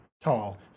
tall